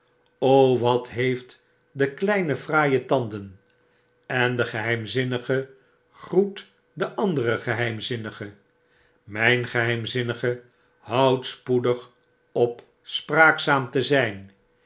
wat heeft de kleine fraaie tanden en degeheimzinnige groet de andere geheimzinnige mp geheimzinnige houdt spoedig op spraakzaam te zijn